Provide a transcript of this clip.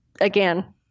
again